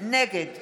נגד